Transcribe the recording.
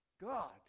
God